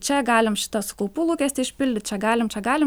čia galim šitą su kaupu lūkestį išpildyt čia galim čia galim